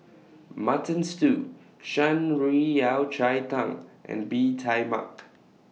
Mutton Stew Shan Rui Yao Cai Tang and Bee Tai Mak